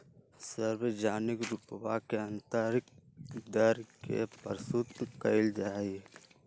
सार्वजनिक रूपवा से आन्तरिक दर के प्रस्तुत कइल जाहई